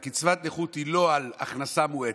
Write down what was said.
קצבת הנכות היא לא על הכנסה מועטת,